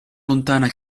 lontana